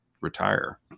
retire